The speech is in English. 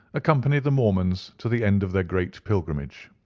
accompanied the mormons to the end of their great pilgrimage.